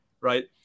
right